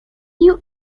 you